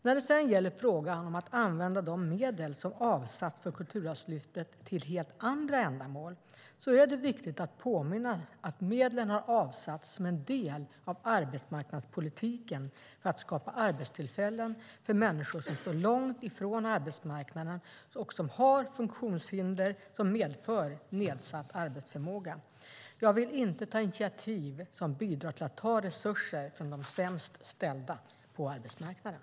När det sedan gäller frågan om att använda de medel som avsatts för Kulturarvslyftet till helt andra ändamål är det viktigt att påminna sig att medlen har avsatts som en del av arbetsmarknadspolitiken för att skapa arbetstillfällen för människor som står långt från arbetsmarknaden och som har funktionshinder som medför nedsatt arbetsförmåga. Jag vill inte ta initiativ som bidrar till att ta resurser från de sämst ställda på arbetsmarknaden.